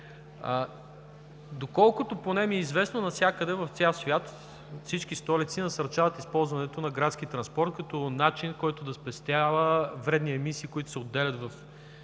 Доколкото поне ми е известно, навсякъде в цял свят, всички столици насърчават използването на градски транспорт като начин, който да спестява вредни емисии, които се отделят в